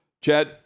Chad